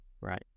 right